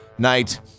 Night